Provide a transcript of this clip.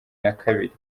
nakabiri